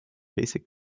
basic